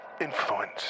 influence